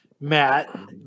Matt